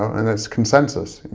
and there's consensus,